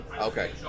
Okay